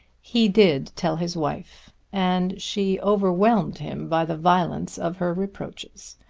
he did tell his wife and she overwhelmed him by the violence of her reproaches.